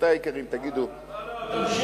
רבותי היקרים, תגידו, לא, תמשיך.